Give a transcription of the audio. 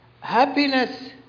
Happiness